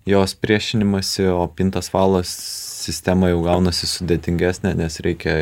jos priešinimąsi o pintas valas sistema jau gaunasi sudėtingesnė nes reikia